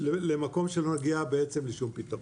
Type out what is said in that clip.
למקום שמגיע איזה שהוא פתרון.